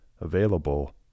available